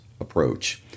approach